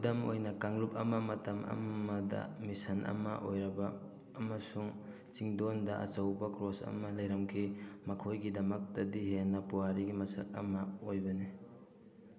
ꯈꯨꯗꯝ ꯑꯣꯏꯅ ꯀꯥꯡꯂꯨꯞ ꯑꯃ ꯃꯇꯝ ꯑꯃꯃꯗ ꯃꯤꯁꯟ ꯑꯃ ꯑꯣꯏꯔꯕ ꯑꯃꯁꯨꯡ ꯆꯤꯡꯗꯣꯟꯗ ꯑꯆꯧꯕ ꯀ꯭ꯔꯣꯁ ꯑꯃ ꯂꯩꯔꯝꯈꯤ ꯃꯈꯣꯏꯒꯤ ꯗꯃꯛꯇꯗꯤ ꯍꯦꯟꯅ ꯄꯨꯋꯥꯔꯤꯒꯤ ꯃꯁꯛ ꯑꯃ ꯑꯣꯏꯕꯅꯤ